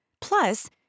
Plus